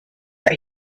that